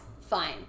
fine